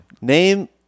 Name